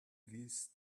these